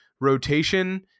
rotation